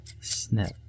snip